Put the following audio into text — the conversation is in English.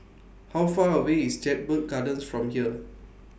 How Far away IS Jedburgh Gardens from here